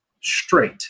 straight